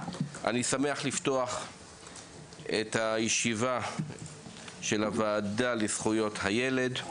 אני שמח לפתוח את הישיבה של הוועדה לזכויות הילד.